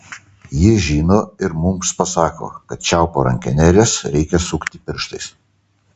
jis žino ir mums pasako kad čiaupo rankenėles reikia sukti pirštais